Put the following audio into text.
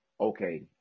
okay